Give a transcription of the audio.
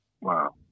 wow